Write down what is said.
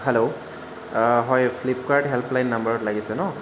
hello হয় Flipkart helpline নাম্বাৰত লাগিছেনে ন